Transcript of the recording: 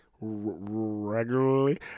regularly